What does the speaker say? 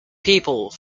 people